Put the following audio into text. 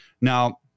Now